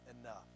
enough